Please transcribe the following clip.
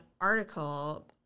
article